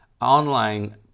online